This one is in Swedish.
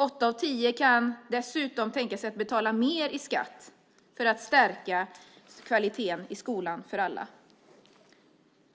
Åtta av tio kan dessutom tänka sig att betala mer i skatt för att stärka kvaliteten i skolan för alla.